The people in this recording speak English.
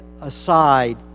aside